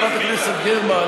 חברת הכנסת גרמן,